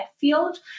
field